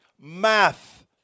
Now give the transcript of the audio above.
math